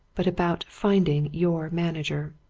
but about finding your manager?